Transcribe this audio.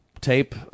tape